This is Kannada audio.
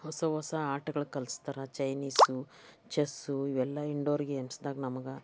ಹೊಸ ಹೊಸ ಆಟಗಳು ಕಲಿಸ್ತಾರೆ ಚೈನೀಸು ಚೆಸ್ಸು ಇವೆಲ್ಲ ಇನ್ಡೋರ್ ಗೇಮ್ಸ್ದಾಗ ನಮ್ಗೆ